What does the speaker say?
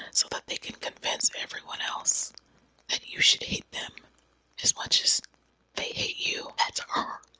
so that they can convince everyone else that you should hate them as much as they hate you? that's her!